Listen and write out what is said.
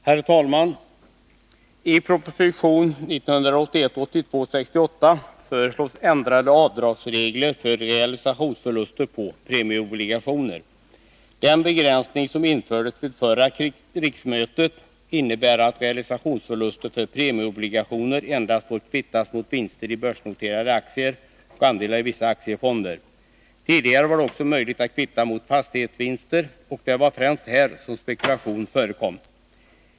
Herr talman! I proposition 1981/82:68 föreslås ändrade avdragsregler för realisationsförluster på premieobligationer. Den begränsning som infördes vid förra riksmötet innebär att realisationsförluster för premieobligationer endast får kvittas mot vinster i börsnoterade aktier och andelar i vissa aktiefonder. Tidigare var det också möjligt att kvitta mot fastighetsvinster, och det var främst här som spekulation förekom.